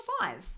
five